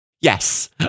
Yes